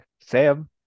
sam